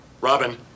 Robin